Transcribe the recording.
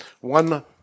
one